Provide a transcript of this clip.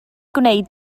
gwneud